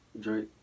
Drake